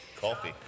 Coffee